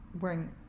wearing